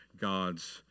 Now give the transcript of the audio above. God's